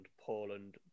Poland